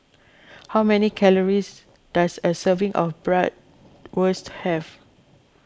how many calories does a serving of Bratwurst have